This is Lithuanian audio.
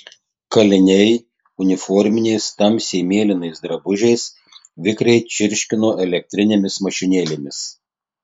kaliniai uniforminiais tamsiai mėlynais drabužiais vikriai čirškino elektrinėmis mašinėlėmis